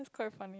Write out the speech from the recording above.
quite funny